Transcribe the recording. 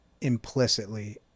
implicitly